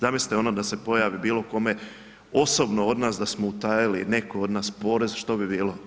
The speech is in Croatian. Zamislite ono da se pojavi bilo kome, osobno od nas, da smo utajili netko od nas porez, što bi bilo?